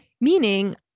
meaning